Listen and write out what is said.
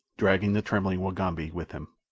dragging the trembling wagambi with him.